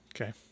Okay